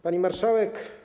Pani Marszałek!